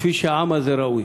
כפי שראוי לעם הזה.